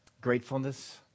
gratefulness